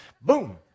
boom